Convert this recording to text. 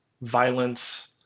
violence